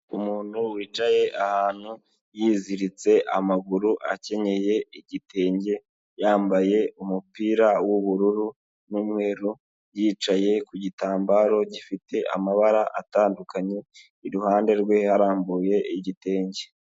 Umuntu wicaye ahantu yiziritse amaguru akenyeye igitenge, yambaye umupira w'ubururu n'umweru yicaye ku gitambaro gifite amabara atandukanye, iruhande rwe harambuye igitenge.